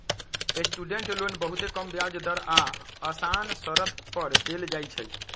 student loan बहुते कम ब्याज दर आऽ असान शरत पर देल जाइ छइ